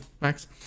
max